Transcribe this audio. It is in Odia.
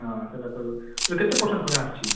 ହଁ ସେଇଟା ତୋର ତୋର କେତେ ପରସେଣ୍ଟ ପ୍ରାୟେ ଆସିଛି